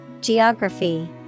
GEOGRAPHY